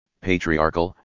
patriarchal